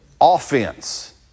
Offense